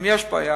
אם יש בעיה,